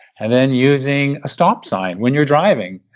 and then using a stop sign when you're driving,